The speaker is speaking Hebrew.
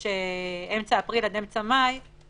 זה מה שהתכוונתי להגיד.